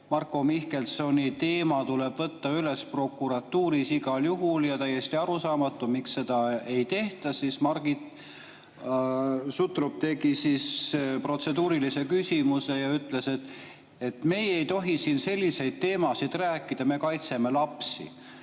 Marko Mihkelsoni teema tuleb võtta üles prokuratuuris igal juhul ja on täiesti arusaamatu, miks seda ei tehta, Margit Sutrop esitas protseduurilise küsimuse ja ütles, et me ei tohi siin sellistel teemadel rääkida, me kaitseme lapsi.